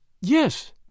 Yes